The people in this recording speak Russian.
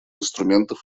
институтов